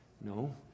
No